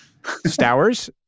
Stowers